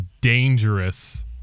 dangerous